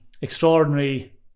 extraordinary